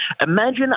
Imagine